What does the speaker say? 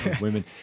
Women